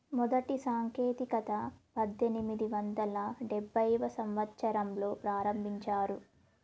మొదటి సాంకేతికత పద్దెనిమిది వందల డెబ్భైవ సంవచ్చరంలో ప్రారంభించారు